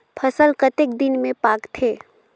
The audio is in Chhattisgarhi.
फसल कतेक दिन मे पाकथे?